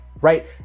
right